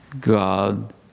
God